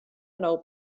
nou